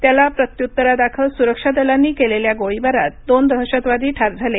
त्याला प्रत्युत्तरादाखल सुरक्षा दलांनी केलेल्या गोळीबारात दोन दहशतवादी ठार झाले